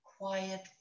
quiet